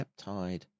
peptide